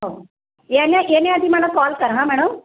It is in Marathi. हो येण्या येण्याआधी मला कॉल करा हां मॅडम